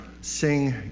sing